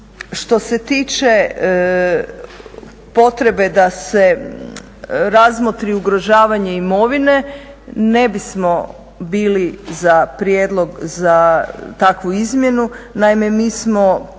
Što se tiče potrebe da se razmotri ugrožavanje imovine, ne bismo bili za prijedlog za takvu izmjenu,